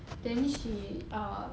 then she err